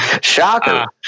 Shocker